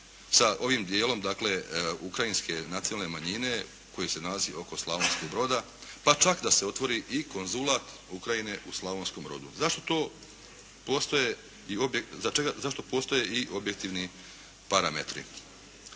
sa ovim dijelom dakle ukrajinske nacionalne manjine koji se nalazi oko Slavonskog Broda pa čak da se otvori i konzulat Ukrajine u Slavonskom Brodu. Zašto to postoje i, za čega,